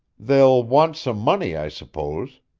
they'll want some money, i suppose.